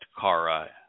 Kara